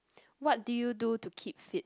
what do you do to keep fit